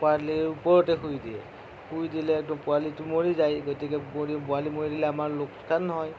পোৱালিৰ ওপৰতে শুই দিয়ে শুই দিলেতো পোৱালিটো মৰি যায় গতিকে পোৱালি মৰি থাকিলে আমাৰ লোকচান হয়